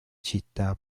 città